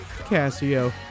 Casio